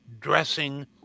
dressing